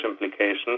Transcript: implication